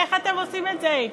איך אתם עושים את זה?